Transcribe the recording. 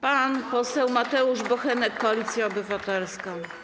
Pan poseł Mateusz Bochenek, Koalicja Obywatelska.